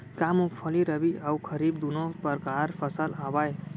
का मूंगफली रबि अऊ खरीफ दूनो परकार फसल आवय?